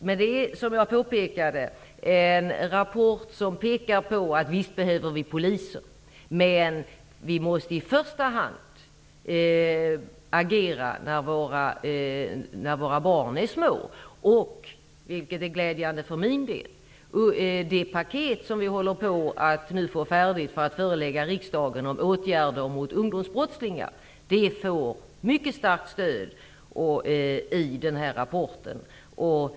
Men det är, som jag påpekade, en rapport som visar att vi visst behöver poliser, men att vi i första hand måste agera när barnen är små. Detta är glädjande för min del. Det paket med åtgärder mot ungdomsbrottslingar, som nu snart är färdigt att föreläggas riksdagen, får mycket starkt stöd i rapporten.